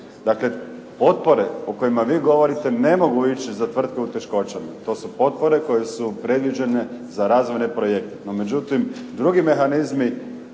Dakle, potpore o kojima vi govorite ne mogu ići za tvrtke u teškoćama, to su potpore koje su predviđene za razvojne projekte. No međutim, drugi mehanizmi